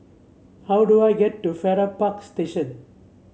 how do I get to Farrer Park Station